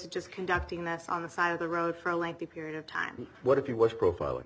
to just conducting this on the side of the road for a lengthy period of time what if he was profiling